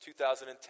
2010